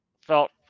felt